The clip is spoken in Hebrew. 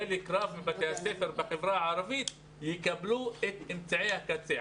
חלק גדול מבתי הספר בחברה הערבית יקבלו את אמצעי הקצה.